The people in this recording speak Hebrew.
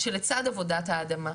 שלצד עבודת האדמה,